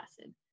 acid